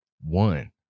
One